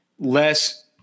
less